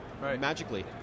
magically